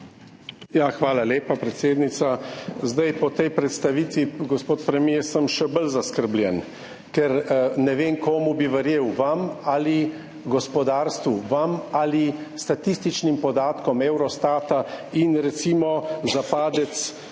Hvala lepa, predsednica. Po tej predstavitvi, gospod premier, sem še bolj zaskrbljen, ker ne vem, komu bi verjel, vam ali gospodarstvu, vam ali statističnim podatkom Eurostata. Recimo, padec